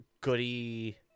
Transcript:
Goody